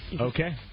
Okay